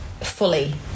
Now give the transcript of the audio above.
fully